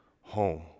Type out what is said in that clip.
home